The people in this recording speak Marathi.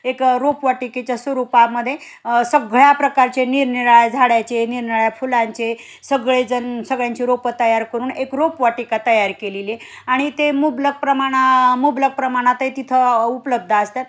एक रोपवाटिकेच्या स्वरूपामध्ये सगळ्या प्रकारचे निरनिराळ्या झाडाचे निरनिराळ्या फुलांचे सगळेजण सगळ्यांची रोपं तयार करून एक रोपवाटिका तयार केलेली आणि ते मुबलक प्रमाणात मुबलक प्रमाणात ते तिथं उपलब्ध असतात